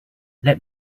let